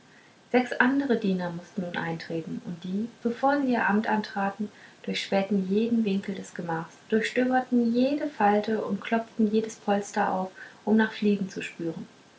sechs andere diener mußten nun eintreten und die bevor sie ihr amt antraten durchspähten jeden winkel des gemachs durchstöberten jede falte und klopften jedes polster auf um nach fliegen zu spüren